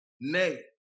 Nay